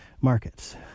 markets